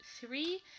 three